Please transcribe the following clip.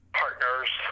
partners